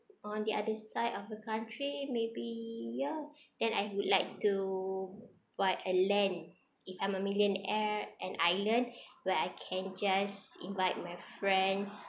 on the other side of a country maybe ya then I would like to buy a land if I'm a millionaire an island where I can just invite my friends